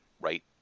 right